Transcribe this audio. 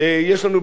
בלי עין הרע,